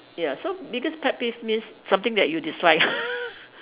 ya so biggest pet peeve means something that you dislike